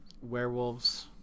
werewolves